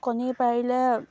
কণী পাৰিলে